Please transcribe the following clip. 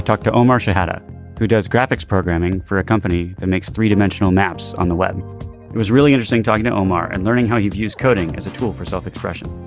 talked to omar shehata who does graphics programming for a company that makes three dimensional maps on the web it was really interesting talking to omar and learning how he views coding as a tool for self-expression